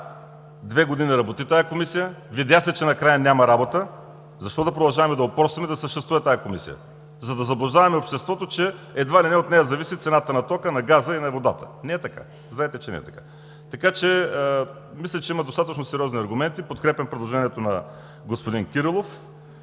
две години работи тази Комисия, видя се накрая, че няма работа. Защо да продължаваме да упорстваме да съществува тази комисия? – За да заблуждаваме обществото, че едва ли не от нея зависи цената на тока, на газа и на водата. Не е така! Знаете, че не е така. Мисля, че има достатъчно сериозни аргументи. Подкрепям предложението на господин Кирилов